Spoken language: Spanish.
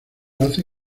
hace